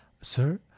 sir